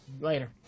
Later